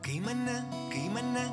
kai mane mane